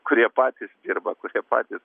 kurie patys dirba kurie patys